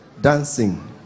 dancing